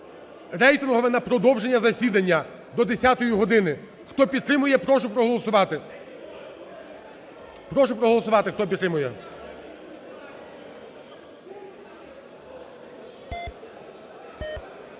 рейтингове на продовження засідання до 10-ї години. Хто підтримує, прошу проголосувати.